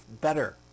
better